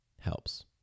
helps